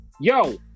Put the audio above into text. Yo